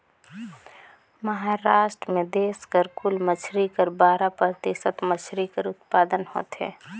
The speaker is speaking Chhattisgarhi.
महारास्ट में देस कर कुल मछरी कर बारा परतिसत मछरी कर उत्पादन होथे